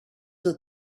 that